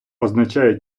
означає